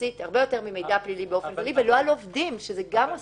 ממידע פלילי באופן כללי.